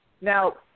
Now